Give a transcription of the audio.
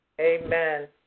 Amen